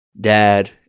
Dad